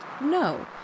no